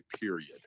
period